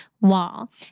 wall